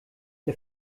der